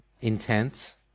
intense